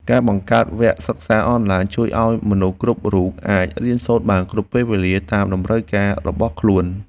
ការបង្កើតវគ្គសិក្សាអនឡាញជួយឱ្យមនុស្សគ្រប់រូបអាចរៀនសូត្របានគ្រប់ពេលវេលាតាមតម្រូវការរបស់ខ្លួន។